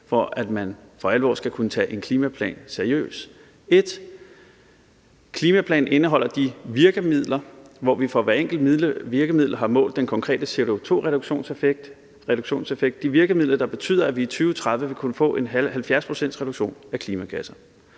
for at man for alvor skal kunne tage en klimaplan seriøst. For det første indeholder klimaplanen de virkemidler, for hvilke vi har målt den konkrete CO2-reduktionseffekt – de virkemidler, der betyder, at vi i 2030 vil kunne få en 70-procentsreduktion af klimagasser.